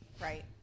Right